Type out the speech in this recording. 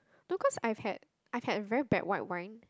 no cause I've had I've had very bad white wine